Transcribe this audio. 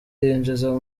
yinjiza